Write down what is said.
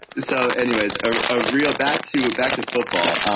so anyways a real back to back to football.